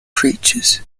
preachers